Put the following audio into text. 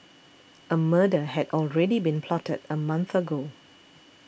a murder had already been plotted a month ago